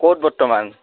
ক'ত বৰ্তমান